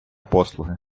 послуги